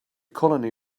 colony